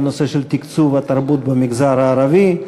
בנושא של תקצוב התרבות במגזר הערבי,